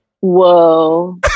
Whoa